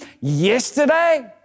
yesterday